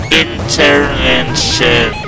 intervention